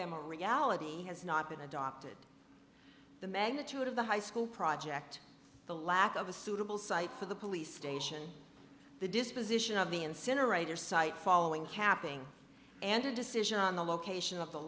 them a reality has not been adopted the magnitude of the high school project the lack of a suitable site for the police station the disposition of the incinerator site following happening and a decision on the location of the